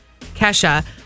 Kesha